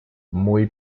muy